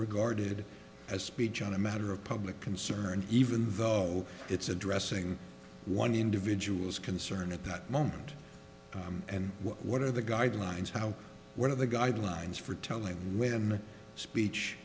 regarded as speech on a matter of public concern even though it's addressing one individual's concern at that moment and what are the guidelines how what are the guidelines for telling when the speech